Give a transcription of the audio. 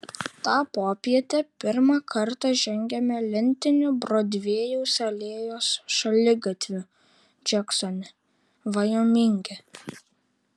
tą popietę pirmą kartą žengiame lentiniu brodvėjaus alėjos šaligatviu džeksone vajominge